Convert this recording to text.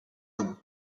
unis